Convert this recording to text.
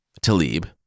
Talib